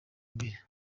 imbere